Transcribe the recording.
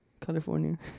California